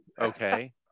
Okay